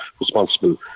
responsible